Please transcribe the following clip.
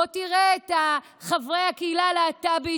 בוא תראה את חברי הקהילה הלהט"בית,